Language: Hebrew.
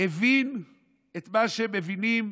הבין את מה שמבינים,